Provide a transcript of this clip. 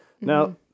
Now